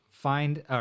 find